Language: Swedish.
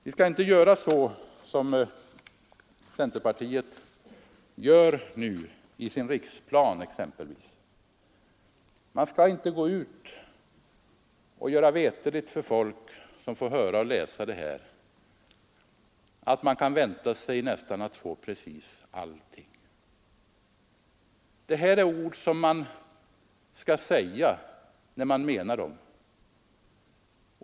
Vi skall inte göra så som centerpartiet gör nu exempelvis i sin riksplan. Man skall inte gå ut och göra veterligt för människor som får höra och läsa detta, att de kan vänta sig att få nästan precis allting.